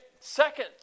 Second